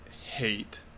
hate